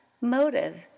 motive